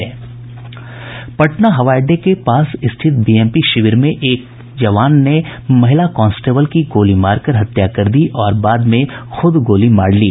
पटना हवाई अड्डे के पास स्थित बीएमपी में एक जवान ने एक महिला कांस्टेबल की गोली मारकर हत्या कर दी और बाद में खुद गोली मार ली